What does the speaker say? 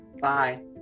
Bye